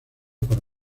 para